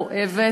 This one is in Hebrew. כואבת,